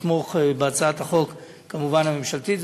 לתמוך בהצעת החוק הממשלתית,